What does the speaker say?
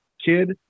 Kid